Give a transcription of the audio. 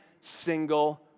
single